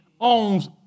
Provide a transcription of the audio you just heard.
owns